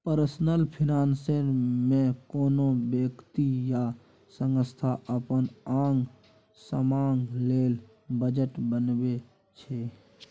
personal finance मे कोनो बेकती या संस्था अपन आंग समांग लेल बजट बनबै छै